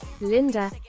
Linda